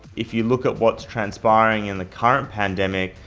if you look at what's transpiring in the current pandemic,